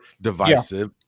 divisive